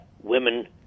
women